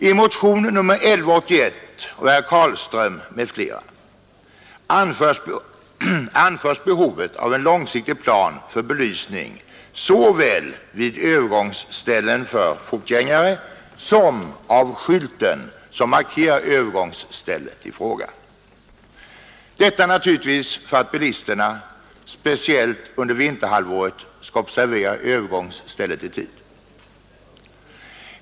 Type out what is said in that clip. I motionen 1181 av herr Carlström m.fl. pekas på behovet av en långsiktig plan för belysning såväl vid övergångsställen för fotgängare som av skylten som markerar övergångsstället i fråga — detta naturligtvis för att bilisterna, speciellt under vinterhalvåret, skall observera övergångsstället i tid.